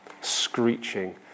screeching